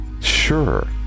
sure